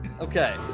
Okay